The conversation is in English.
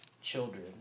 children